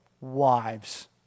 wives